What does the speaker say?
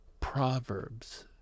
proverbs